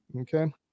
Okay